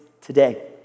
today